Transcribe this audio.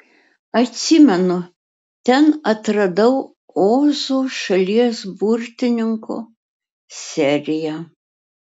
atsimenu ten atradau ozo šalies burtininko seriją